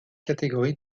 catégories